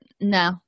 no